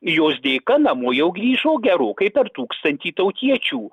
jos dėka namo jau grįžo gerokai per tūkstantį tautiečių